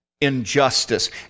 injustice